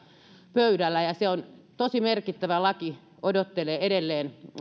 pöydällä ja ja se on tosi merkittävä laki se odottelee edelleen